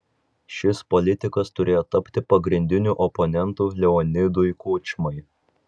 šis politikas turėjo tapti pagrindiniu oponentu leonidui kučmai